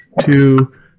two